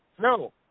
No